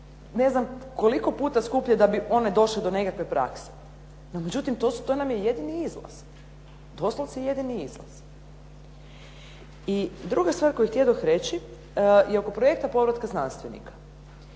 ne znam koliko puta skuplje da bi one došle do nekakve prakse. No međutim, to nam je jedini izlaz, doslovce jedini izlaz. I druga stvar koju htjedoh reći je oko projekta povratka znanstvenika.